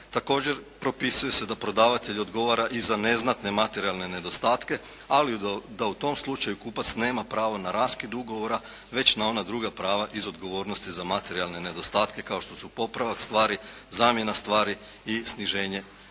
Također, propisuje se da prodavatelj odgovara i za neznatne materijalne nedostatke. Ali da u tom slučaju kupac nema pravo na raskid ugovora već na ona druga prava iz odgovornosti za materijalne nedostatke kao što su popravak stvari, zamjena stvari i sniženje